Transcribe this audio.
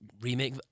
remake